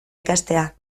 ikastea